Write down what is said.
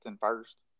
first